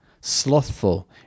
slothful